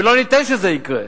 ולא ניתן שזה יקרה.